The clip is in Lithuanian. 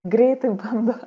greitai bando